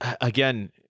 again